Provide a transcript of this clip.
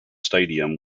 stadium